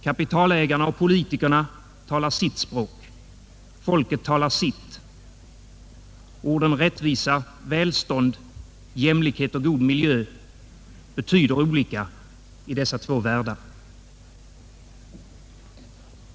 Kapitalägarna och politikerna talar sitt språk, folket talar sitt. Orden rättvisa, välstånd, jämlikhet och god miljö betyder olika i dessa två världar.